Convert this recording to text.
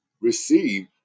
receive